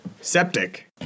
septic